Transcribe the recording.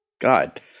God